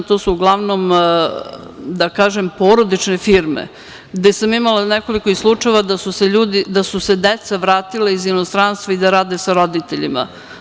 To su uglavnom, da kažem, porodične firme, gde sam imala nekoliko slučajeva da su se deca vratila iz inostranstva i da rade sa roditeljima.